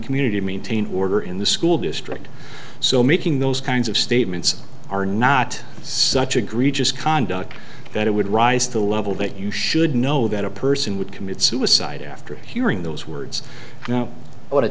community maintain order in the school district so making those kinds of statements are not such egregious conduct that it would rise to a level that you should know that a person would commit suicide after hearing those words now want